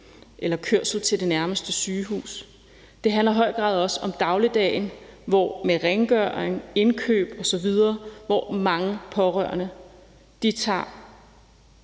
eller kørsel til det nærmeste sygehus. Det handler i høj grad også om dagligdagen med rengøring, indkøb osv., hvor mange pårørende påtager